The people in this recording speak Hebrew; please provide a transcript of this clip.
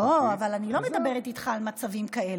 לא, אבל אני לא מדברת איתך על מצבים כאלה.